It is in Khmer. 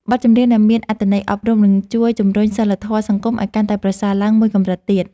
បទចម្រៀងដែលមានអត្ថន័យអប់រំនឹងជួយជម្រុញសីលធម៌សង្គមឱ្យកាន់តែប្រសើរឡើងមួយកម្រិតទៀត។